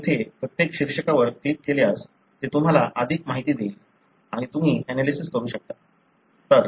तुम्ही येथे प्रत्येक शीर्षकावर क्लिक केल्यास ते तुम्हाला अधिक माहिती देईल आणि तुम्ही एनालिसिस करू शकता